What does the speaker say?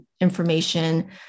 information